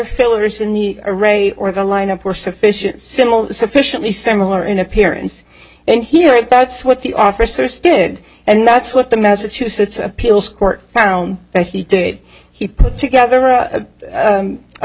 fillers in the array or the lineup were sufficient similar sufficiently similar in appearance and hearing that's what the officers did and that's what the massachusetts appeals court found that he did he put together a